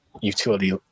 utility